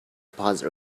deposit